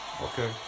Okay